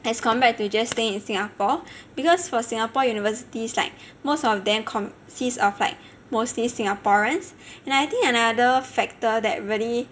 as compared to just stay in Singapore because for Singapore universities like most of them consists of like mostly singaporeans and I think another factor that really